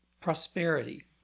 Prosperity